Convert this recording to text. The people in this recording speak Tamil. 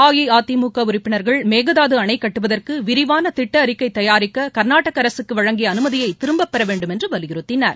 அஇஅதிமுக உறுப்பினர்கள் மேகதாது அணை கட்டுவதற்கு விரிவான திட்ட அறிக்கை தயாரிக்க கர்நாடக அரசுக்கு வழங்கிய அனுமதியை திரும்பப் பெற வேண்டும் என்று வலியுறுத்தினர்